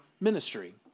ministry